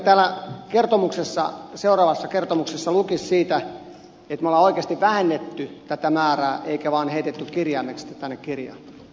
toivoisinkin että seuraavassa kertomuksessa lukisi siitä että me olemme oikeasti vähentäneet tätä määrää eikä sitä olisi vaan heitetty kirjaimeksi tänne kirjaan